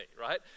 right